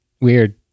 weird